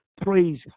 praise